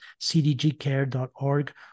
cdgcare.org